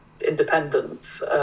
Independence